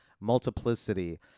multiplicity